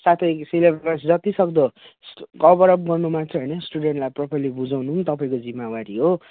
साथै सिलेबस जतिसक्दो कभरअप गर्नु मात्र होइन स्टुडेन्टलाई प्रोपरली बुझाउनु पनि तपाईँको जिम्मावारी हो